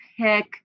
pick